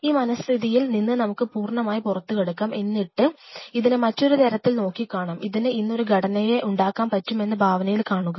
ആ മനസ്ഥിതിയിൽ നിന്ന് നമുക്ക് പൂർണമായി പുറത്തു കടക്കാം എന്നിട്ട് ഇതിനെ മറ്റൊരുതരത്തിൽ നോക്കി കാണാം ഇതിന് ഇന്ന് ഒരു ഘടനയെ ഉണ്ടാക്കാൻ പറ്റും എന്ന് ഭാവനയിൽ കാണുക